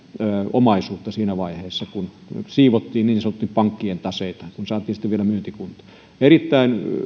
omaisuutta siinä vaiheessa kun niin sanotusti siivottiin pankkien taseita että ne saatiin sitten vielä myyntikuntoon erittäin